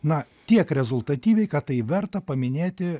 na tiek rezultatyviai kad tai verta paminėti